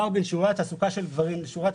הפער בין שיעורי התעסוקה של גברים לשיעורי